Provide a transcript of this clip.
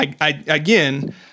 again